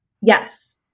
Yes